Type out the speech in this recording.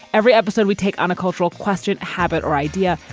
every episode we take on a cultural question, habit or idea.